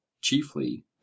chiefly